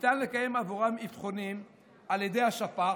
אבחונים על ידי השפ"ח,